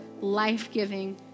life-giving